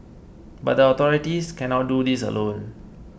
but the authorities cannot do this alone